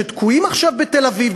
שתקועים עכשיו בתל-אביב,